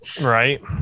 Right